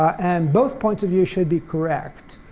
and both points of view should be correct.